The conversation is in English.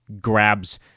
grabs